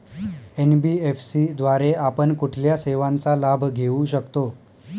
NBFC द्वारे आपण कुठल्या सेवांचा लाभ घेऊ शकतो?